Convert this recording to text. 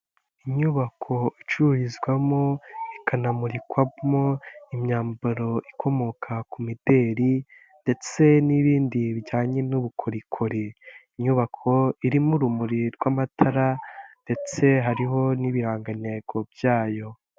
Inyubako icururizwamo ikanamurikwamo imyambaro ikomoka ku mideli ndetse n'ibindi bijyanye n'ubukorikori. Inyubako irimo urumuri rw'amatara ndetse hariho n'ibihangantego byayo.